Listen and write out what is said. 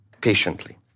patiently